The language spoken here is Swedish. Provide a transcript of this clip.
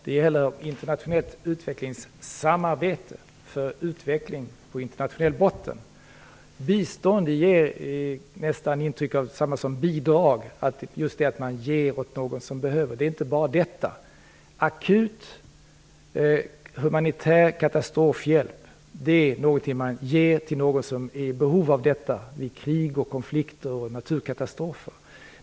Det gäller internationellt utvecklingssamarbete för utveckling på internationell botten. Bistånd ger nästan intryck av att vara detsamma som bidrag, just att man ger åt någon som behöver. Det är inte bara detta. Akut, humanitär katastrofhjälp är något man ger till någon som är i behov av detta vid krig, konflikter och naturkatastrofer.